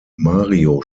mario